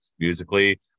musically